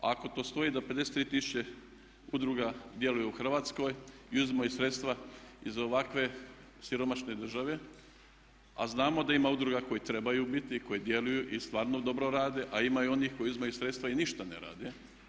Ako to stoji da 53 tisuće udruga djeluju u Hrvatskoj i uzimaju sredstva iz ovakve siromašne države a znamo da ima udruga koje trebaju biti koje djeluju i stvarno dobro rade a ima i onih koji uzimaju sredstva i ništa ne rade.